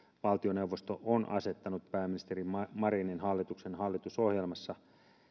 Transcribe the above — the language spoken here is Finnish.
valtioneuvosto on asettanut pääministeri marinin hallituksen hallitusohjelmassa